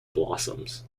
blossoms